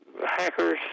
hackers